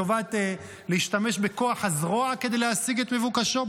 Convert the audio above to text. להשתמש בכוח הזרוע כדי להשיג מבוקשו?